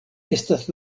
estas